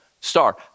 star